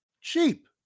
Cheap